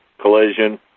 collision